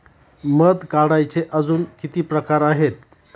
मध काढायचे अजून किती प्रकार आहेत?